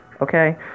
okay